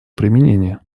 применение